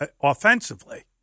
offensively